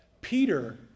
peter